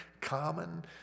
common